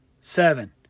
seven